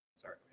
sorry